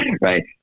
Right